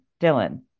Dylan